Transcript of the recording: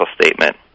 statement